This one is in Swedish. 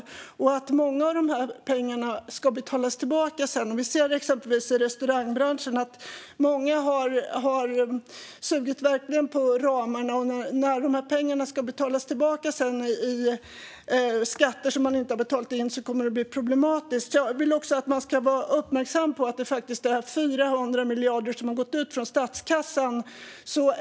Mycket av dessa pengar ska betalas tillbaka sedan. Till exempel i restaurangbranschen har många verkligen sugit på ramarna, och när pengarna sedan ska betalas tillbaka i form av skatt som inte har betalats in än kommer det att bli problematiskt. Jag vill att man ska vara uppmärksam på att det faktiskt är 400 miljarder som har gått ut från statskassan.